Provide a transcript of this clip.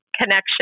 connection